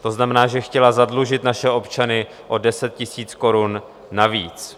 To znamená, že chtěla zadlužit naše občany o 10 000 korun navíc.